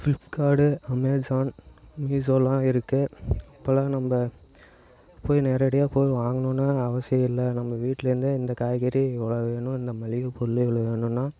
Flipkart Amazon மீஸோலாம் இருக்குது இப்போல்லாம் நம்ம போய் நேரடியாக போய் வாங்குணுன்னு அவசியம் இல்லை நம்ம வீட்லேருந்தே இந்த காய்கறி இவ்வளோ வேணும் இந்த மளிகை பொருள் இவ்வளோ வேணும்னா